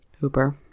Hooper